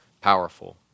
powerful